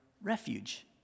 refuge